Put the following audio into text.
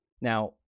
now